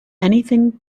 anything